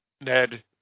Ned